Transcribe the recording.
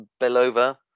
Belova